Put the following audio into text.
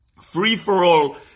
free-for-all